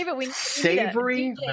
savory